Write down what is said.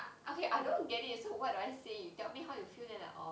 like okay I don't get it so what do I say you tell me how you feel then I like oh